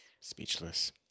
Speechless